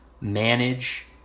manage